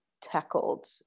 tackled